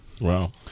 Wow